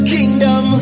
Kingdom